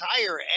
entire